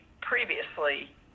previously